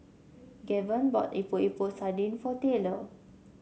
Gaven bought Epok Epok Sardin for Taylor